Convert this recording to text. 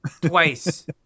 twice